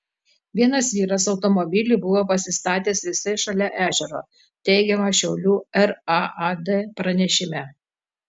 vienas vyras automobilį buvo pasistatęs visai šalia ežero teigiama šiaulių raad pranešime